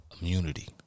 Immunity